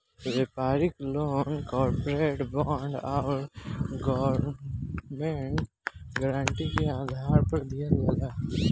व्यापारिक loan corporate bond आउर government guarantee के आधार पर दिहल जाला